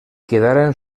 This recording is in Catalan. quedaren